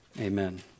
Amen